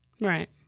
Right